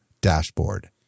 dashboard